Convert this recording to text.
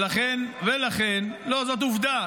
זאת עובדה,